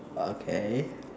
okay